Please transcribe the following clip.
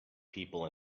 people